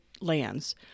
lands